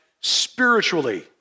Spiritually